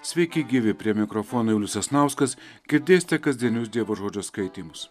sveiki gyvi prie mikrofono julius sasnauskas girdėsite kasdienius dievo žodžio skaitymus